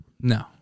No